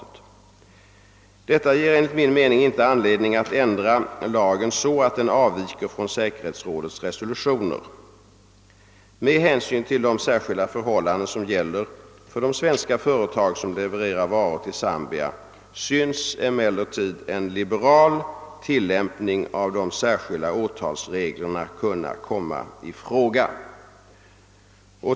Detta ger enligt min mening inte anledning att ändra lagen så att den avviker från säkerhetsrådets resolutioner. Med hänsyn till de särskilda förhållanden som gäller för svenska företag som levererar varor till Zambia synes emellertid en liberal tillämpning av de särskilda åtalsreglerna kunna komma i fråga.